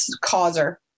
causer